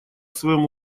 своём